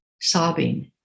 sobbing